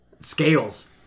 scales